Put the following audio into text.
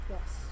Yes